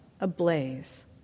ablaze